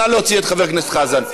נא להוציא את חבר הכנסת חזן.